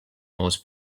most